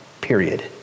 period